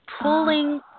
pulling